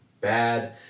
bad